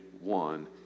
one